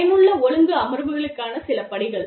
பயனுள்ள ஒழுங்கு அமர்வுகளுக்கான சில படிகள்